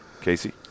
Casey